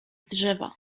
drzewa